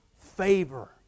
favor